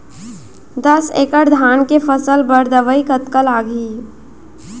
दस एकड़ धान के फसल बर दवई कतका लागही?